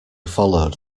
followed